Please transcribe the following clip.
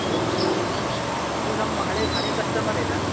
ಹೌದಾ ನೀವು ನಮ್ಮ ಹಳೆ ಹಳೇ ಕಸ್ಟಮರೇನಾ